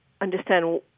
understand